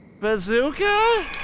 Bazooka